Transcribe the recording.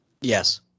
Yes